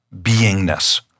beingness